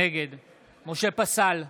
נגד משה פסל,